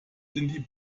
sind